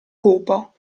cupo